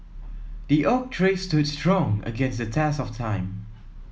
the oak tree stood strong against the test of time